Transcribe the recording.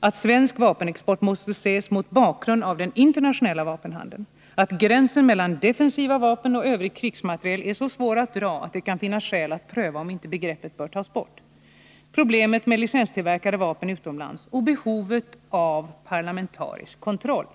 att svensk vapenexport måste ses mot bakgrund av den internationella vapenhandeln, att gränsen mellan defensiva vapen och övrig krigsmateriel är så svår att dra att det kan finnas skäl att pröva om inte begreppet bör tas bort, problemet med licenstillverkade vapen utomlands och behovet av parlamentarisk kontroll.